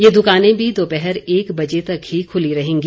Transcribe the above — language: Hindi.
ये दुकाने भी दोपहर एक बजे तक ही खुली रहेंगी